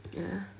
ya